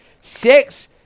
Six